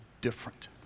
different